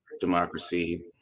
democracy